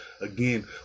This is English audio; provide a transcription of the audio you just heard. again